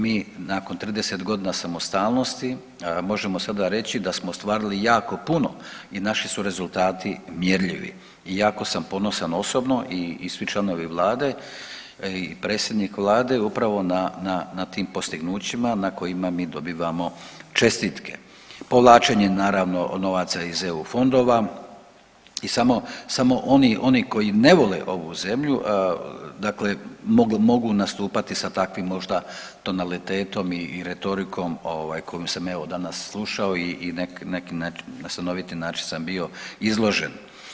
Mi nakon 30.g. samostalnosti možemo sada reći da smo ostvarili jako puno i naši su rezultati mjerljivi i jako sam ponosan osobno i svi članovi vlade i predsjednik vlade upravo na, na tim postignućima na kojima mi dobivamo čestitke povlačenjem naravno novaca iz eu fondova i samo, samo oni, oni koji ne vole ovu zemlju, dakle mogu, mogu nastupati sa takvim možda tonalitetom i retorikom ovaj koju sam evo danas slušao i na stanoviti način sam bio izložen.